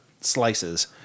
slices